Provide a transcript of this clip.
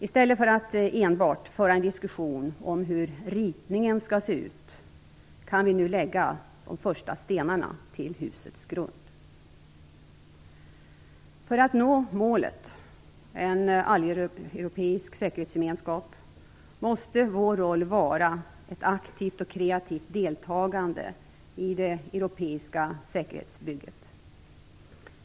I stället för att enbart föra en diskussion om hur ritningen skall se ut, kan vi nu lägga de första stenarna till husets grund. För att nå målet - en alleuropeisk säkerhetsgemenskap - måste vår roll vara ett aktivt och kreativt deltagande i det europeiska säkerhetsbygget.